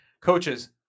Coaches